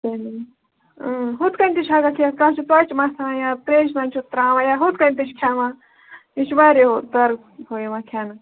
تمے اۭں ہُتھ کٔنۍ تہِ چھِ ہیٚکان کھیٚتھ کانٛہہ چھُ ژۄچہِ مَتھان یا تریشہِ منٛز چھُ تَرٛاوان یا ہُتھ کٔنۍ تہِ چھِ کھیٚوان یہِ چھُ وارِیاہو طرفو یِوان کھیٚنہٕ